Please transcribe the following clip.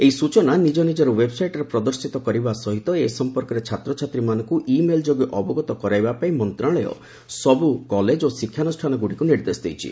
ଏହି ସ୍ବଚନା ନିଜ ନିଜର ଓ୍ୱେବ୍ସାଇଟ୍ରେ ପ୍ରଦର୍ଶିତ କରିବା ସହିତ ଏ ସମ୍ପର୍କରେ ଛାତ୍ରଛାତ୍ରୀମାନଙ୍କୁ ଇମେଲ୍ ଯୋଗେ ଅବଗତ କରାଇବା ପାଇଁ ମନ୍ତ୍ରଶାଳୟ ସବୁ କଲେଜ ଓ ଶିକ୍ଷାନୁଷାନଗୁଡ଼ିକୁ ନିର୍ଦ୍ଦେଶ ଦେଇଛି